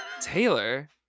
Taylor